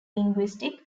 linguistic